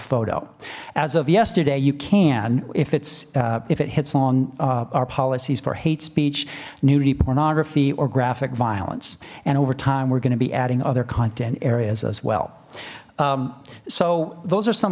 photo as of yesterday you can if it's if it hits on our policies for hate speech nudity pornography or graphic violence and over time we're going to be adding other content areas as well so those are some